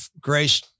Grace